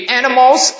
animals